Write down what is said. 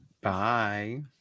Bye